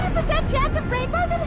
percent chance of rainbows and